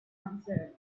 answered